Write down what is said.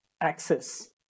access